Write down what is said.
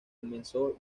comenzó